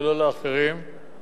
ולא לאחרים.